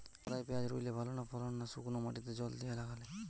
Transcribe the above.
কাদায় পেঁয়াজ রুইলে ভালো ফলন না শুক্নো মাটিতে জল দিয়ে লাগালে?